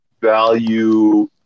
value